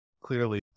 clearly